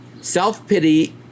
Self-pity